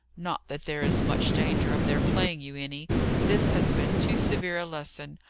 not that there is much danger of their playing you any this has been too severe a lesson.